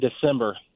December